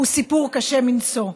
הוא סיפור קשה מנשוא.